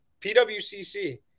PWCC